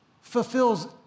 fulfills